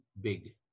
big